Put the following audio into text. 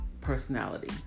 personality